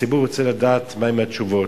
הציבור רוצה לדעת מהן התשובות.